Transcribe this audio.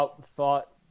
thought